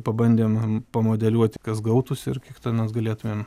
pabandėm pamodeliuoti kas gautųsi ir kiek ten mes galėtumėm